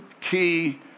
key